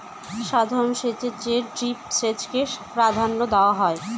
সাধারণ সেচের চেয়ে ড্রিপ সেচকে প্রাধান্য দেওয়া হয়